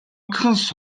авч